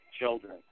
children